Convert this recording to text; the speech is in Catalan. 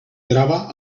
grava